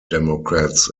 democrats